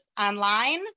online